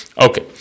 Okay